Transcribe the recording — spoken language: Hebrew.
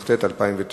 התשס"ט 2009,